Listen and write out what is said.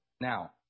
Now